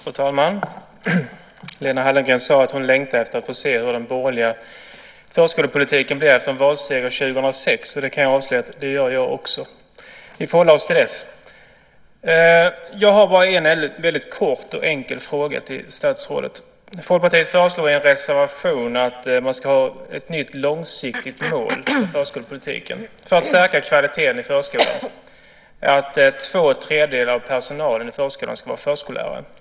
Fru talman! Lena Hallengren sade att hon längtar efter att få se hur den borgerliga förskolepolitiken blir efter en valseger 2006. Jag kan avslöja att det gör jag också. Vi får hålla oss till dess. Jag har bara en väldigt kort och enkel fråga till statsrådet. Folkpartiet föreslår i en reservation att ett nytt långsiktigt mål i förskolepolitiken för att stärka kvaliteten i förskolan skulle vara att två tredjedelar av personalen i förskolan ska vara förskollärare.